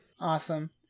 awesome